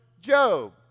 Job